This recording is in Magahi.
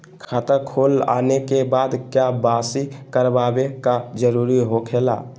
खाता खोल आने के बाद क्या बासी करावे का जरूरी हो खेला?